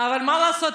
אבל מה לעשות?